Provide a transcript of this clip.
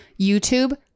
YouTube